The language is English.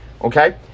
Okay